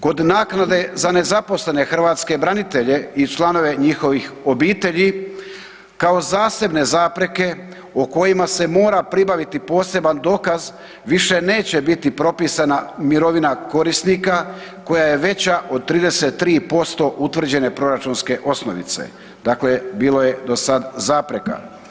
Kod naknade za nezaposlene hrvatske branitelje i članove njihovih obitelji kao zasebne zapreke o kojima se mora pribaviti poseban dokaz, više neće biti propisana mirovina korisnika koja je veća od 33% utvrđene proračunske osnovice, dakle bilo je do sad zapreka.